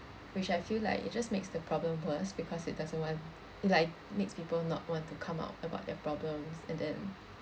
which I feel like it just makes the problem worse because it doesn't want like makes people not want to come out about their problems and then